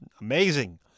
amazing